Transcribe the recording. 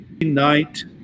night